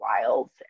wilds